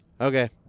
okay